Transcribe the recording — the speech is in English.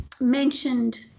mentioned